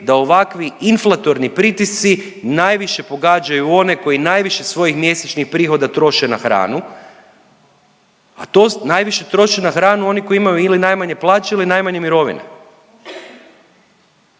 da ovakvi inflatorni pritisci najviše pogađaju one koji najviše svojih mjesečnih prihoda troše na hranu, a to najviše troše na hranu oni koji imaju ili najmanje plaće ili najmanje mirovine.